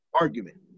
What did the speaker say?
argument